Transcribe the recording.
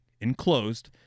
enclosed